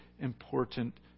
important